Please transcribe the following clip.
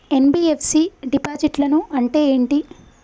NBFC డిపాజిట్లను అంటే ఏంటి?